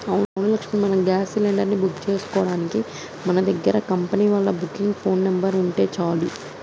అవును లక్ష్మి మనం gas cylinder ని బుక్ చేసుకోవడానికి మన దగ్గర కంపెనీ వాళ్ళ బుకింగ్ ఫోన్ నెంబర్ ఉంటే చాలు